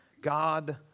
God